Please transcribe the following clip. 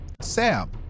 Sam